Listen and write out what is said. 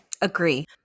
Agree